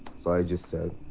so i just said,